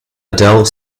adele